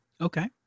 Okay